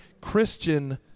Christian